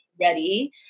ready